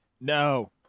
No